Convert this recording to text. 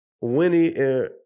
Winnie